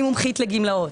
אני מומחית לגמלאות.